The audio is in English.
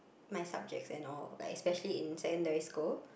my subjects and all especially in secondary school